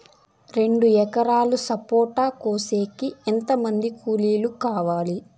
రెండు ఎకరాలు సపోట కోసేకి ఎంత మంది కూలీలు కావాలి?